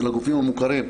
של הגופים המוכרים,